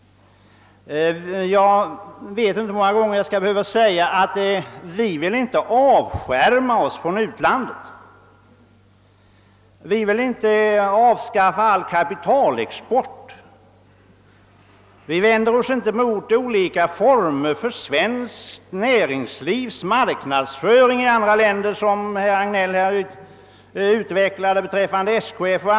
Jag vet inte hur många gånger jag skall behöva säga att vi inte vill avskärma oss från utlandet. Vi vill inte avskaffa all kapitalexport. Vi vänder oss icke mot olika former för svenskt näringslivs marknadsföring i andra länder, som herr Hagnell här utvecklade bl.a. beträffande SKF.